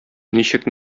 ничек